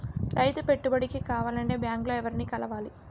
రైతు పెట్టుబడికి కావాలంటే బ్యాంక్ లో ఎవరిని కలవాలి?